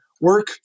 work